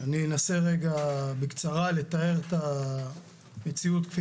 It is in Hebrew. אני אנסה רגע בקצרה לתאר את המציאות כפי